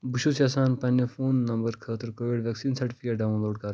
بہٕ چھُس یژھان پننہِ فون نمبر خٲطرٕ COVID vaccine certificate download کَر